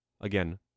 Again